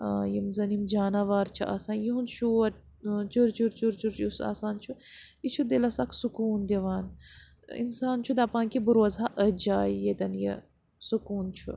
یِم زَن یِم جاناوار چھِ آسان یِہُنٛد شور چُرچُر چُرچُر یُس آسان چھُ یہِ چھُ دِلَس اکھ سکوٗن دِوان اِنسان چھُ دَپان کہِ بہٕ روزٕ ہا أتھۍ جایہِ ییٚتٮ۪ن یہِ سکوٗن چھُ